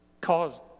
caused